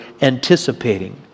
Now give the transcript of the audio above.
anticipating